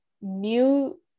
new